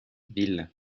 ville